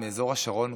מאזור השרון,